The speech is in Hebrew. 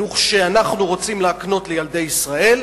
החינוך שאנחנו רוצים להקנות לילדי ישראל,